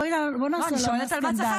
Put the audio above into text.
בואי לא נעשה --- לא, אני שואלת, על מה צחקת?